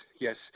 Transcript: Yes